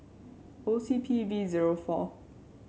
O C P V zero four